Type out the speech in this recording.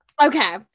okay